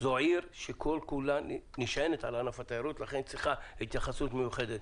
זאת עיר שכל כולה נשענת על ענף התיירות ולכן היא צריכה התייחסות נוספת.